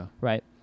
right